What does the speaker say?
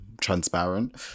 transparent